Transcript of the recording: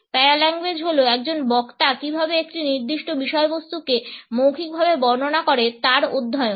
paralanguage হল একজন বক্তা কীভাবে একটি নির্দিষ্ট বিষয়বস্তুকে মৌখিকভাবে বর্ণনা করে তার অধ্যয়ন